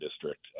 District